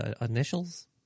initials